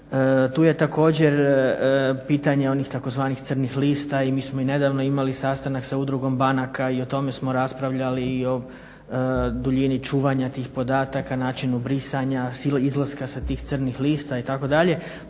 Tu je također pitanje onih tzv. crnih lista i mi smo i nedavno imali sastanak sa udrugom banaka i o tome smo raspravljali i o duljini čuvanja tih podataka, načinu brisanja, izlaska sa tih crnih lista itd.